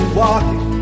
walking